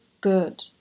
good